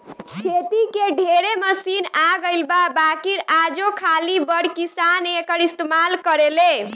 खेती के ढेरे मशीन आ गइल बा बाकिर आजो खाली बड़ किसान एकर इस्तमाल करेले